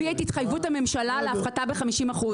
לא, הוא הביא את התחייבות הממשלה להפחתה ב-50%.